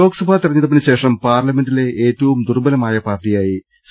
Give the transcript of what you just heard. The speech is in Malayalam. ലോക്സഭാ തെരഞ്ഞെടുപ്പിനുശേഷം പാർലമെന്റിലെ ഏറ്റവും ദുർബ്ബലമായ പാർട്ടിയായി സി